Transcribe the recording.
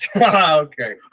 okay